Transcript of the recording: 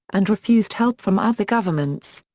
and refused help from other governments.